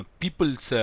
people's